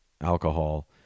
alcohol